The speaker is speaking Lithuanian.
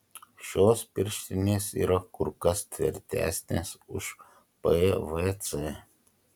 šios pirštinės yra kur kas tvirtesnės už pvc